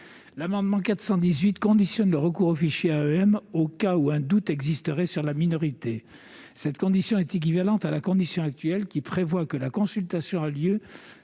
entend conditionner le recours au fichier AEM à l'existence d'un doute sur la minorité. Cette condition est équivalente à la condition actuelle, qui prévoit que la consultation a lieu